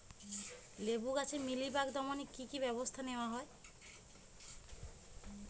লেবু গাছে মিলিবাগ দমনে কী কী ব্যবস্থা নেওয়া হয়?